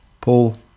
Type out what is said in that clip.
Paul